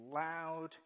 loud